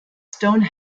stone